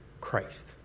Christ